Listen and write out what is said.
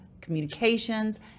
communications